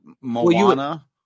Moana